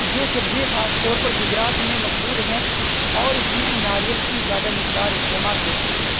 یہ سبزی خاص طور پر گجرات میں مقبول ہے اور اس میں ناریل کی زیادہ مقدار استعمال ہوتی ہے